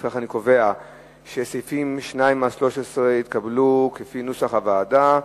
לפיכך אני קובע שסעיפים 2 13 כנוסח הוועדה התקבלו.